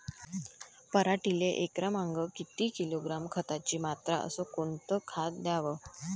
पराटीले एकरामागं किती किलोग्रॅम खताची मात्रा अस कोतं खात द्याव?